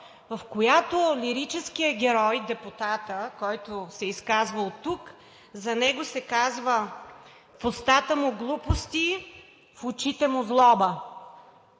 в която лирическият герой – депутатът, който се изказва оттук, за него се казва: „В устата му глупости, в очите му злоба!“